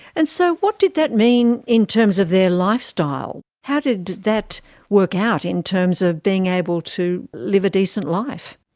and so what did that mean in terms of their lifestyle? how did that work out in terms of being able to live a decent life?